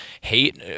hate